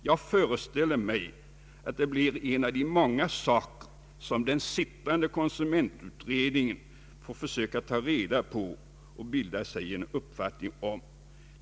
Jag föreställer mig att det blir en av de många saker som den sittande konsumentutredningen får för söka ta reda på och bilda sig en uppfattning om.